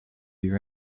heavy